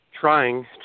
trying